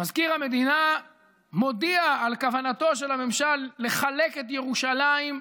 מזכיר המדינה מודיע על כוונתו של הממשל לחלק את ירושלים,